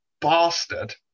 bastard